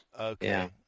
Okay